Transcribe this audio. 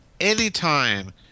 anytime